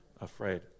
Afraid